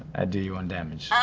do you one damage yeah